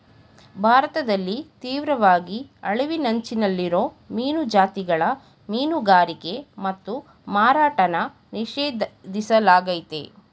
ಭಾರತದಲ್ಲಿ ತೀವ್ರವಾಗಿ ಅಳಿವಿನಂಚಲ್ಲಿರೋ ಮೀನು ಜಾತಿಗಳ ಮೀನುಗಾರಿಕೆ ಮತ್ತು ಮಾರಾಟನ ನಿಷೇಧಿಸ್ಲಾಗಯ್ತೆ